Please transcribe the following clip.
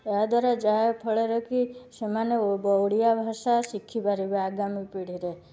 ଏହାଦ୍ଵାରା ଯାହାଫଳରେ କି ସେମାନେ ଓଡ଼ିଆ ଭାଷା ଶିଖି ପାରିବା ଆଗାମୀ ପିଢ଼ିରେ